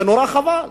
זה נורא חבל.